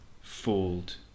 fold